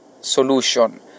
Solution